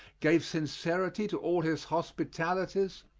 gave sincerity to all his hospitalities,